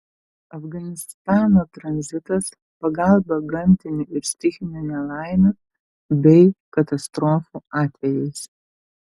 afganistano tranzitas pagalba gamtinių ir stichinių nelaimių bei katastrofų atvejais